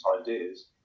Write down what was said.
ideas